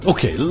Okay